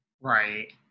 Right